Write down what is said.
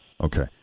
Okay